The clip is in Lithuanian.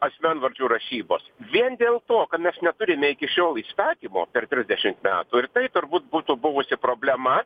asmenvardžių rašybos vien dėl to kad mes neturime iki šiol įstatymo per trisdešimt metų ir tai turbūt būtų buvusi problema